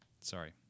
Sorry